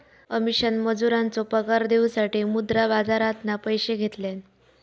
अमीषान मजुरांचो पगार देऊसाठी मुद्रा बाजारातना पैशे घेतल्यान